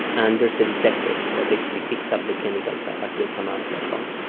and there's a detector that basically picks up the chemicals ah as they come out of that column.